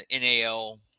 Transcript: NAL